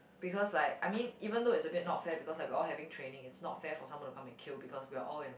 because like I mean even though it's a bit not fair because we are all having training it's not fair for somebody to come and kill because we are all in